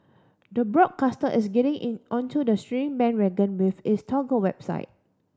the broadcaster is getting in onto the streaming bandwagon with its Toggle website